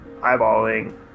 eyeballing